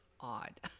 odd